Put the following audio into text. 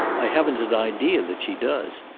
i haven't an idea that she does.